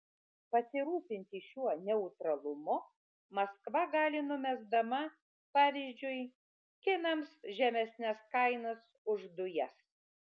pasirūpinti šiuo neutralumu maskva gali numesdama pavyzdžiui kinams žemesnes kainas už dujas